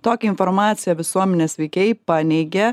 tokią informaciją visuomenės veikėjai paneigė